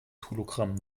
hologramm